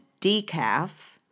decaf